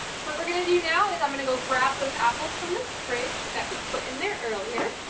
so what we're gonna do now is i'm gonna go grab those apples from the fridge that we put in there earlier.